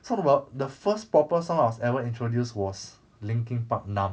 so about the first proper song I was ever introduced was linkin park numb